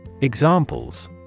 Examples